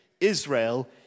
Israel